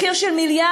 מחיר של מיליארדים,